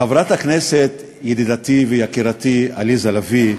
עליזה, חברת הכנסת, ידידתי ויקירתי עליזה לביא,